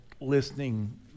listening